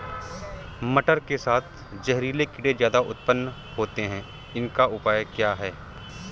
मटर के साथ जहरीले कीड़े ज्यादा उत्पन्न होते हैं इनका उपाय क्या है?